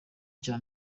cya